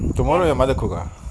tomorrow your mother cook ah